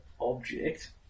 object